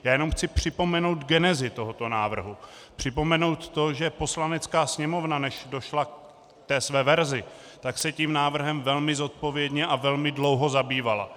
Jenom chci připomenout genezi tohoto návrhu, připomenout to, že Poslanecká sněmovna, než došla ke své verzi, tak se tím návrhem velmi zodpovědně a velmi dlouho zabývala.